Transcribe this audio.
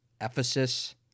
Ephesus